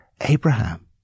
Abraham